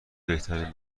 بهترین